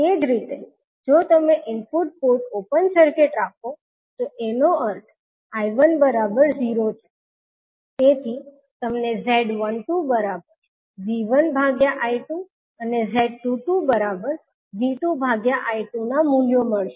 તે જ રીતે જો તમે ઈનપુટ પોર્ટ ઓપન સર્કિટ રાખો તો એનો અર્થ 𝐈1 0 છે તેથી તમને Z12V1I2 અને Z22V2I2 મૂલ્યો મળશે